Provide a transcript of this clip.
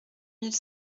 mille